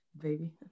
baby